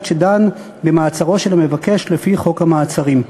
שדן במעצרו של המבקש לפי חוק המעצרים.